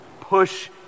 push